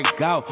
go